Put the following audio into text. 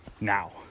now